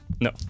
No